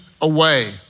away